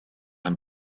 ein